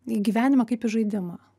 į gyvenimą kaip į žaidimą